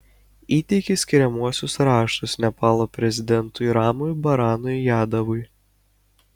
įteikė skiriamuosius raštus nepalo prezidentui ramui baranui yadavui